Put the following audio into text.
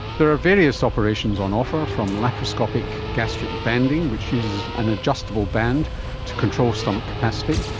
there are various operations on offer from laparoscopic gastric banding which uses an adjustable band to control stomach capacity,